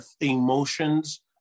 emotions